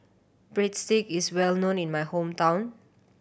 breadstick is well known in my hometown